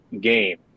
game